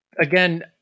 Again